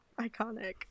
iconic